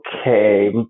Okay